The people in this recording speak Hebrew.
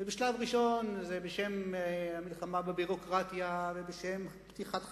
ובשלב הראשון זה בשם המלחמה בביורוקרטיה ובשם פתיחת חסמים,